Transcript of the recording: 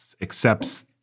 accepts